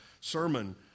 sermon